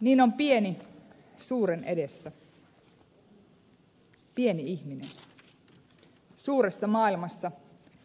niin on pieni suuren edessä pieni ihminen suuressa maailmassa